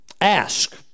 ask